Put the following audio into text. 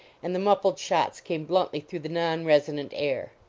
and the muffled shots came bluntly through the non-resonant air.